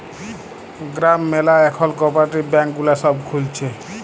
গ্রাম ম্যালা এখল cooperative bank গুলা সব খুলছে